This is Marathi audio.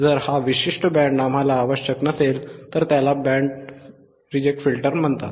जर हा विशिष्ट बँड आम्हाला आवश्यक नसेल तर त्याला बँड रिजेक्ट फिल्टर्स म्हणतात